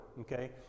okay